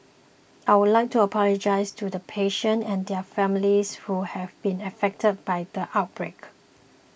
I would like to apologise to the patients and their families who have been affected by the outbreak